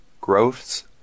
growths